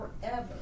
forever